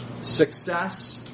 success